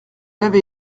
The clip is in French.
avait